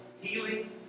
healing